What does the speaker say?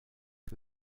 que